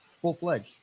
full-fledged